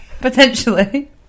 potentially